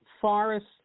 forest